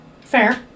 Fair